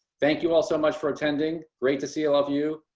thank you all so much for attending. great to see all of you.